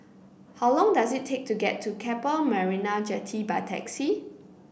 how long does it take to get to Keppel Marina Jetty by taxi